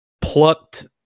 plucked